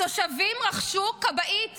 התושבים רכשו כבאית